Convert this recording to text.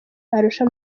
arusha